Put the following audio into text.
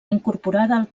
incorporada